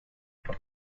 many